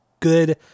good